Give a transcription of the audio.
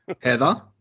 Heather